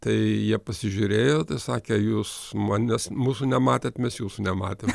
tai jie pasižiūrėjo sakė jūs manęs mūsų nematėt mes jūsų nematėm